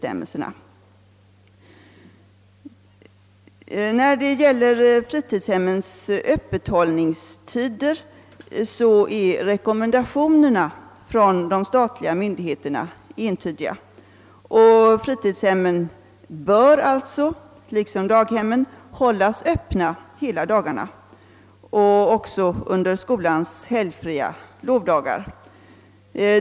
När det gäller fritidshemmens öppethållningstider är de statliga myndighe ternas rekommendationer entydiga. Fritidshemmen bör alltså liksom daghemmen hållas öppna hela dagarna, även under skolans helgfria lovdagar.